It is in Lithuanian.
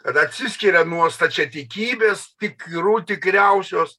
kada atsiskiria nuo stačiatikybės tikrų tikriausios